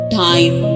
time